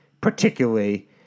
particularly